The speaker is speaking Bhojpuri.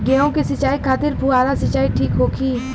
गेहूँ के सिंचाई खातिर फुहारा सिंचाई ठीक होखि?